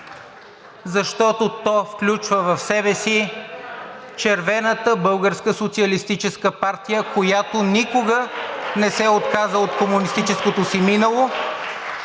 Защото то включва в себе си червената Българска социалистическа партия, която никога не се отказа от комунистическото си минало.